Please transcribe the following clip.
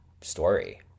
story